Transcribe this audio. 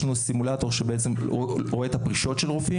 יש לנו סימולטור פרישות ועזיבה של רופאים.